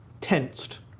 tensed